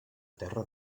terra